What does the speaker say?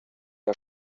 der